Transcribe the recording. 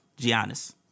Giannis